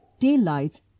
taillights